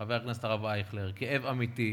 חבר הכנסת הרב אייכלר, כאב אמיתי,